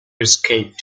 escaped